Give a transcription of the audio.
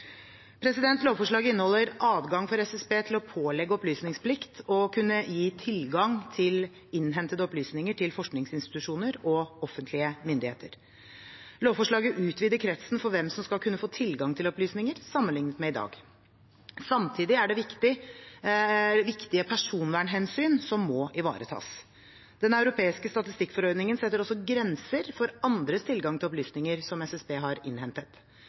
Lovforslaget inneholder adgang for SSB til å pålegge opplysningsplikt og til å kunne gi tilgang til innhentede opplysninger til forskningsinstitusjoner og offentlige myndigheter. Lovforslaget utvider kretsen for hvem som skal kunne få tilgang til opplysninger, sammenlignet med i dag. Samtidig er det viktige personvernhensyn som må ivaretas. Den europeiske statistikkforordningen setter også grenser for andres tilgang til opplysninger som SSB har innhentet.